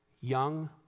young